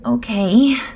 Okay